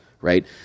Right